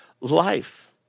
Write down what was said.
life